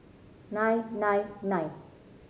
nine nine nine